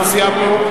אנחנו סיימנו.